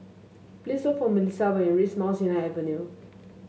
please look for Milissa when you reach Mount Sinai Avenue